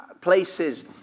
places